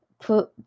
put